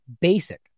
basic